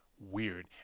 weird